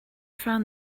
found